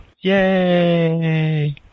Yay